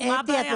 מה הבעיה?